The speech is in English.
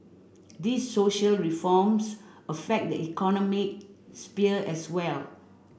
these social reforms affect the economic sphere as well